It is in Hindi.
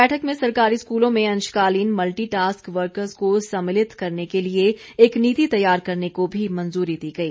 बैठक में सरकारी स्कूलों में अंशकालीन मल्टी टास्क वर्कर्स को समिलित करने के लिए एक नीति तैयार करने को भी मंजूरी दी गई